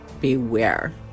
Beware